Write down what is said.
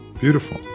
beautiful